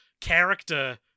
character